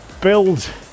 build